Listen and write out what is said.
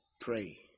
pray